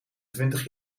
twintig